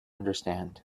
understand